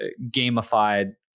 gamified